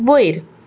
वयर